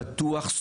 פתוח,